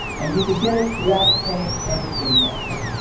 and you could get it without paying anything extra.